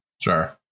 Sure